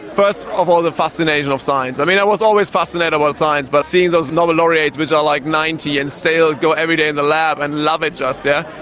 first of all, the fascination of science. i mean i was always fascinated about science, but seeing those nobel laureates which are like ninety and still go every day in the lab and love it just, yeah?